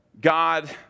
God